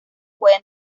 pueden